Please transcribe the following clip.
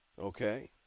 Okay